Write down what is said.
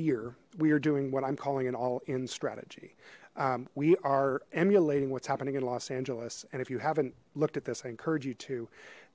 year we are doing what i'm calling an all in strategy we are emulating what's happening in los angeles and if you haven't looked at this i encourage you to